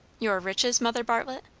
your riches, mother bartlett?